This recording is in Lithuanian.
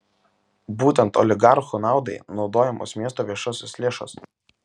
būtent oligarchų naudai naudojamos miesto viešosios lėšos